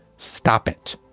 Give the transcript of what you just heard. stop it.